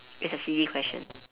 it's a silly question